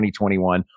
2021